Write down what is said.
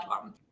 one